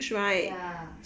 ya